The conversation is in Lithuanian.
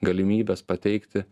galimybės pateikti